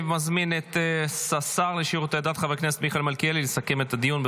אני מזמין את השר לשירותי הדת חבר הכנסת מיכאל מלכיאלי לסכם את הדיון.